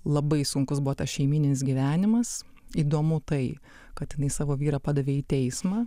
labai sunkus buvo tas šeimyninis gyvenimas įdomu tai kad jinai savo vyrą padavė į teismą